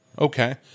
okay